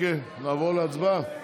לעבור להצבעה?